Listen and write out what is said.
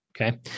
okay